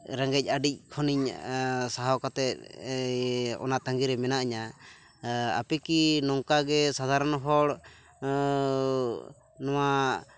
ᱨᱮᱸᱜᱮᱡ ᱟᱹᱰᱤᱡ ᱠᱷᱚᱱᱤᱧ ᱥᱟᱦᱟᱣ ᱠᱟᱛᱮ ᱚᱱᱟ ᱛᱟᱸᱜᱤᱨᱮ ᱢᱮᱱᱟᱧᱟ ᱟᱯᱮ ᱠᱤ ᱱᱚᱝᱠᱟ ᱜᱮ ᱥᱟᱫᱷᱟᱨᱚᱱ ᱦᱚᱲ ᱱᱚᱣᱟ